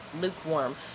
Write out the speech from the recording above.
lukewarm